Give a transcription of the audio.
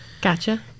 Gotcha